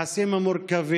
של היחסים המורכבים